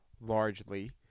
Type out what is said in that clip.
largely